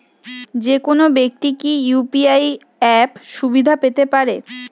যেকোনো ব্যাক্তি কি ইউ.পি.আই অ্যাপ সুবিধা পেতে পারে?